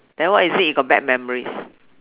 then what is it you got bad memories